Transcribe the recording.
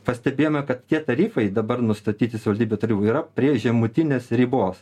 pastebėjome kad tie tarifai dabar nustatyti savivaldybių tarybų yra prie žemutinės ribos